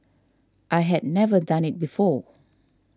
I had never done it before